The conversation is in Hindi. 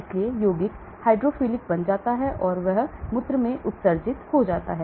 इसलिए यौगिक हाइड्रोफिलिक बन जाता है इसलिए यह मूत्र में उत्सर्जित हो जाता है